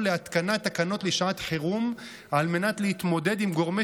להתקנת תקנות לשעת חירום על מנת להתמודד עם גורמי